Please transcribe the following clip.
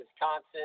Wisconsin